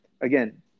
again